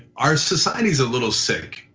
our society's a little sick.